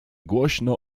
głośno